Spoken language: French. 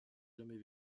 jamais